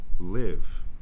live